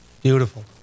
Beautiful